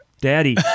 Daddy